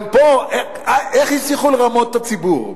גם פה, איך הצליחו לרמות את הציבור?